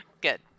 Good